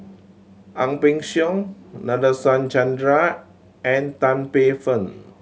Ang Peng Siong Nadasen Chandra and Tan Paey Fern